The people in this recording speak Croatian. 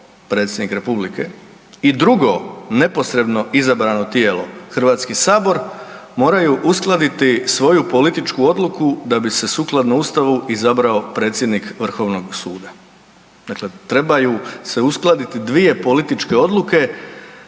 predsjednik Republike i drugo neposredno izabrano tijelo Hrvatski Sabor, moraju uskladiti svoju političku odluku da bi se sukladno Ustavu izabrao predsjednik Vrhovnog suda. Dakle, trebaju se uskladiti dvije političke odluke